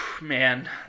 Man